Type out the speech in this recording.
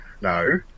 no